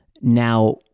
Now